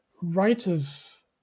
writers